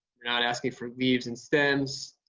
not asking for leaves and stems.